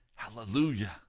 hallelujah